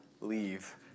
leave